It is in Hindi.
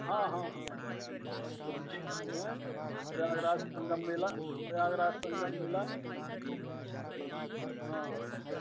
हाँ हाँ हाँ सत्यम पाठक के नाम से काटे हैं प्रयागराज संगम मेला प्रयागराज संगम मेला हाँ